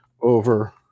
over